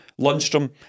Lundstrom